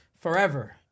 forever